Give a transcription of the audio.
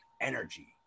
energy